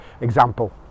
example